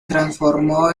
transformó